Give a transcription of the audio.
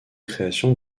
création